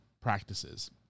practices